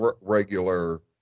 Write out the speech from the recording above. regular